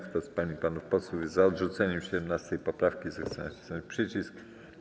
Kto z pań i panów posłów jest za odrzuceniem 17. poprawki, zechce nacisnąć przycisk.